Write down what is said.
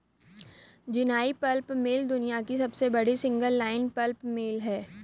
Jinhai pulp mill दुनिया की सबसे बड़ी सिंगल लाइन पल्प मिल है